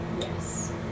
Yes